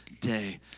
day